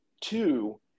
two